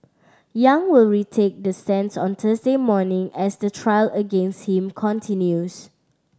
Yang will retake the stands on Thursday morning as the trial against him continues